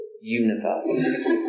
universe